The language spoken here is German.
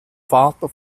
vater